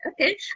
okay